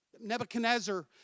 Nebuchadnezzar